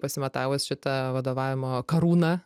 pasimatavus šitą vadovavimo karūną